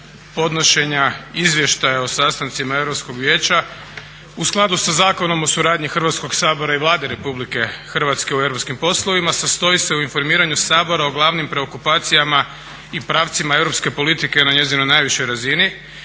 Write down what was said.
podnošenja Izvještaja o sastancima Europskog vijeća u skladu sa Zakonom o suradnji Hrvatskog sabora i Vlade RH u europskim poslovima sastoji se u informiranju Sabora o glavnim preokupacijama i pravcima europske politike na njezinoj najvišoj razini,